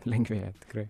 lengvėja tikrai